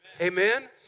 Amen